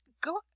go